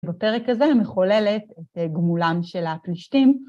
בפרק הזה המחולל את גמולם של הפלישתים.